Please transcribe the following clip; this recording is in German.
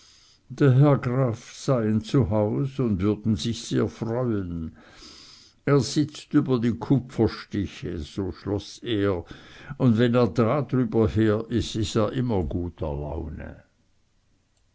der herr graf seien zu haus und würden sich sehr freuen er sitzt über die kupferstiche so schloß er und wenn er da drüben her is is er immer guter laune